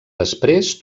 després